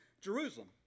Jerusalem